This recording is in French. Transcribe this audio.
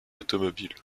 automobile